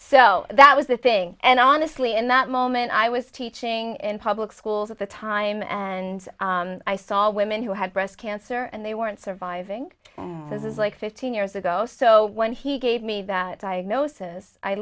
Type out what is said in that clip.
so that was the thing and honestly in that moment i was teaching in public schools at the time and i saw women who had breast cancer and they weren't surviving this is like fifteen years ago so when he gave me that diagnos